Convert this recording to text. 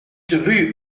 rue